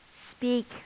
speak